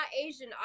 Asian